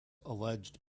alleged